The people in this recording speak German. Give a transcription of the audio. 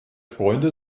freunde